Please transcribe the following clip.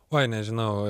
oi nežinau